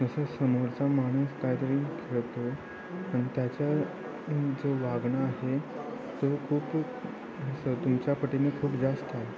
जसं समोरचा माणूस काहीतरी खेळतो आणि त्याच्या जो वागणं आहे तो खूप तुमच्यापटीने खूप जास्त आहे